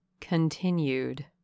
continued